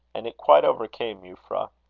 and it quite overcame euphra.